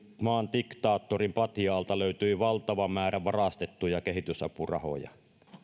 diktaattorin patjan alta löytyi valtava määrä varastettuja kehitysapurahoja